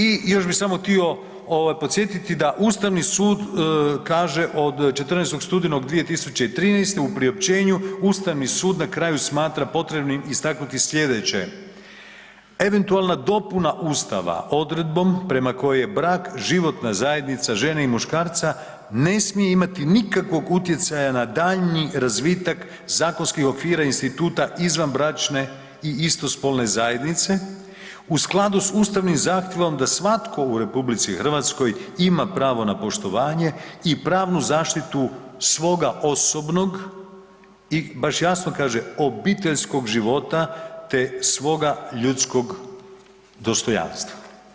I još bi samo tio ovaj podsjetiti da Ustavni sud kaže od 14. studenog 2013. u priopćenju Ustavni sud na kraju smatra potrebnim istaknuti slijedeći, eventualna dopuna ustava odredbom prema kojoj je brak životna zajednica žene i muškarca ne smije imati nikakvog utjecaja na daljnji razvitak zakonskih okvira i instituta izvanbračne i istospolne zajednice u skladu s ustavnim zahtjevom da svatko u RH ima pravo na poštovanje i pravnu zaštitu svoga osobnog i baš jasno kaže obiteljskog života, te svoga ljudskog dostojanstva.